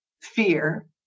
fear